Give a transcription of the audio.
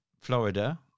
Florida